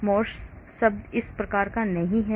Morse शब्द इस प्रकार का नहीं है